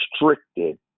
restricted